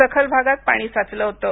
सखल भागात पाणी साचलं होतं